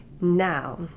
Now